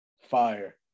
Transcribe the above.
fire